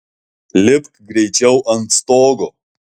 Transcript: lipk greičiau ant stogo